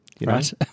Right